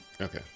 Okay